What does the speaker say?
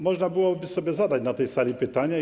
Można byłoby sobie zadać na tej sali pytanie.